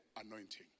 anointing